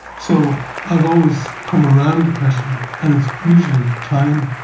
so i've always come around depression and it's usually time,